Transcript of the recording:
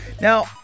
now